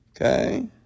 Okay